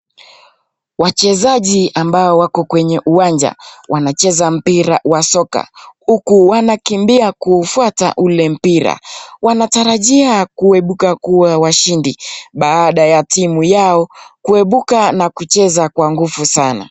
Wachezaji ambao wako kwenye uwanja wanacheza mpira wa soka, huku wanakimbia kufwata ule mpira, wanatarajia kuebuka kuwa washindi, baada ya timu yao kuebuka na kucheza kwa nguvu sana.